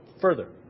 Further